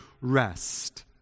rest